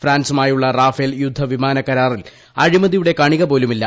ഫ്രാൻസുമായുളള Rafale യുദ്ധ വിമാനകരാറിൽ അഴിമതിയുടെ കണികപോലുമില്ല